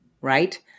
right